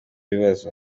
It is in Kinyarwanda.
bibazo